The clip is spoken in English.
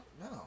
No